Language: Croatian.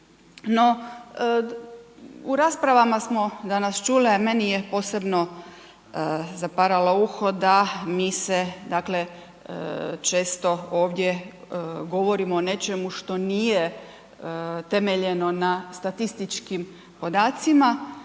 u raspravama smo danas čule, meni je posebno zaparalo uho da mi se, dakle često ovdje govorimo o nečemu što nije temeljeno na statističkim podacima.